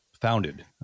founded